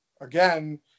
again